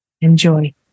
Enjoy